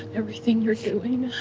everything you're doing